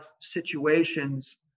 situations